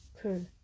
Cool